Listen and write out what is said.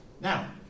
Now